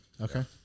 Okay